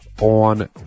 on